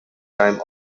time